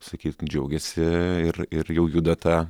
sakyt džiaugiasi ir ir jau juda ta